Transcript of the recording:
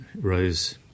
rose